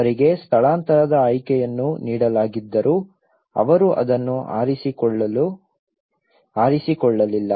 ಅವರಿಗೆ ಸ್ಥಳಾಂತರದ ಆಯ್ಕೆಯನ್ನು ನೀಡಲಾಗಿದ್ದರೂ ಅವರು ಅದನ್ನು ಆರಿಸಿಕೊಳ್ಳಲಿಲ್ಲ